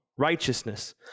righteousness